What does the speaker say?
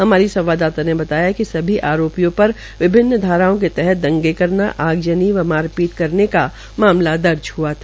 हमारी संवाददाता ने बताया कि सभी आरोपियो पर विभिन्न धाराओं के तहत दंगे करना आगजनी व मारपीट करने का मामला दर्ज किया था